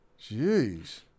Jeez